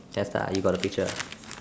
yes ah you got the picture